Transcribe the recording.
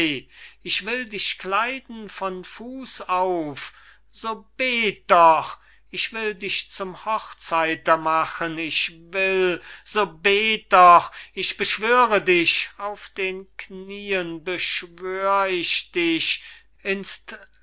ich will dich kleiden von fuß auf so bet doch ich will dich zum hochzeiter machen ich will so bet doch ich beschwöre dich auf den knieen beschwör ich dich ins